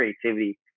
creativity